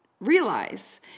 realize